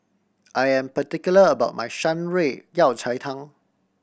I am particular about my Shan Rui Yao Cai Tang